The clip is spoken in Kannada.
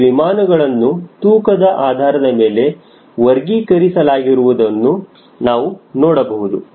ಈ ವಿಮಾನಗಳನ್ನು ತೂಕದ ಆಧಾರದ ಮೇಲೆ ವರ್ಗೀಕರಿಸಲಾಗಿರುವದನ್ನು ನಾವು ನೋಡಬಹುದು